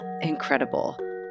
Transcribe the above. Incredible